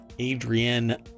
Adrienne